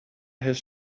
his